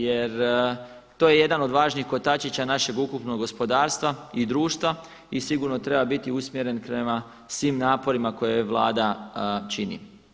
Jer to je jedan od važnih kotačića našeg ukupnog gospodarstva i društva i sigurno treba biti usmjeren prema svim naporima koje Vlada čini.